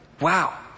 wow